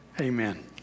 amen